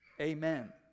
amen